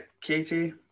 Katie